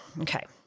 Okay